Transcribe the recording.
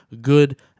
good